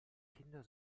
kinder